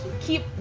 keep